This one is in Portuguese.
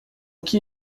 que